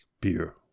beer